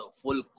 full